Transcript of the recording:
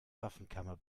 waffenkammer